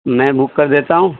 میں بک کر دیتا ہوں